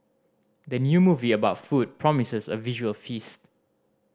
the new movie about food promises a visual feast